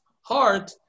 heart